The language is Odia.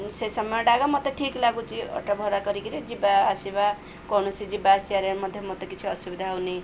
ସେ ସମୟଟା ଏକା ମୋତେ ଠିକ୍ ଲାଗୁଛି ଅଟୋ ଭଡ଼ା କରିକି ଯିବା ଆସିବା କୌଣସି ଯିବା ଆସିିବାରେ ମଧ୍ୟ ମୋତେ କିଛି ଅସୁବିଧା ହେଉନି